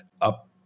up